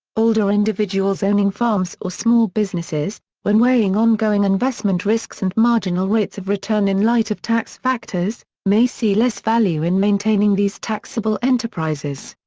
older individuals owning farms or small businesses, when weighing ongoing investment risks and marginal rates of return in light of tax factors, may see less value in maintaining these taxable enterprises.